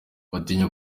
batinya